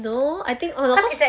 no I think I was